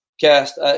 cast